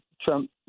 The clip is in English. Trump